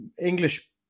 English